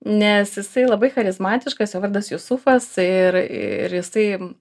nes jisai labai charizmatiškas jo vardas jusufas ir ir jisai